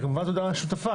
וכמובן תודה לשותפי,